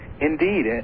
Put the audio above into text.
Indeed